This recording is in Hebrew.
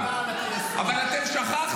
מעולם לא אמרתי